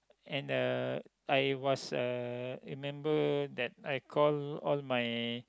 and the I was uh remember that I call all my